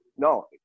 No